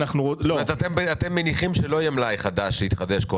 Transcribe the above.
אתם מניחים שלא יהיה מלאי חדש שיתחדש כל